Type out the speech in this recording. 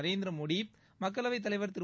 நரேந்திரமோடி மக்களவைத் தலைவர் திரு